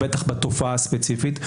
ובטח בתופעה הספציפית.